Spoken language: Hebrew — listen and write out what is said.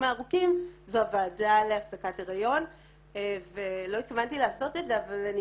הארוכים זו הוועדה להפסקת הריון ולא התכוונתי לעשות את זה אבל אני